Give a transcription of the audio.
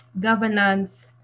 governance